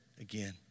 again